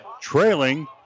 trailing